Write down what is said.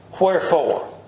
Wherefore